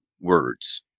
words